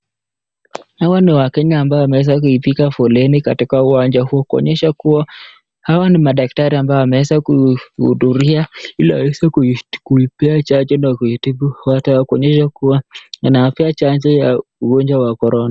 Hawa ni wakenya ambao wameweza kuipiga foleni katika uwanja huu kuonyesha kuwa hawa ni madaktari ambao wameweza kuhudhuria ili waweze kuipea chanjo na kuitibu watu hawa, kuonyesha kuwa inawapea chanjo ya ugonjwa wa corona.